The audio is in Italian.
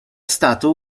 stato